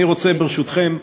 אני רוצה, ברשותכם,